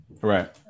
Right